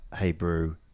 Hebrew